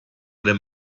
dem